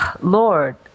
Lord